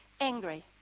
angry